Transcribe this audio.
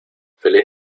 feliz